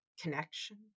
connection